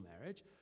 marriage